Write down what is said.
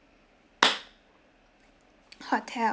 hotel